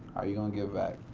how you gonna give back?